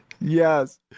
Yes